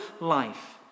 life